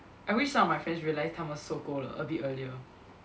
I wish some of my friends realised 他们受够了 a bit earlier